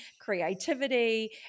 creativity